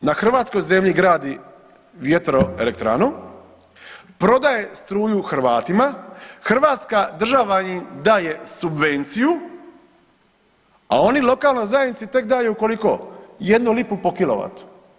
Netko na hrvatskoj zemlji gradi vjetroelektranu, prodaje struju Hrvatima, hrvatska država im daje subvenciju, a oni lokalnoj zajednici tek daju, koliko, jednu lipu po kilovatu?